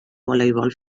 voleibol